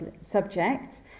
subject